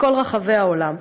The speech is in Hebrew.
מכל רחבי העולם.